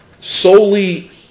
solely